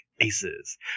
aces